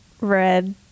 red